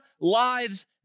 lives